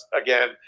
again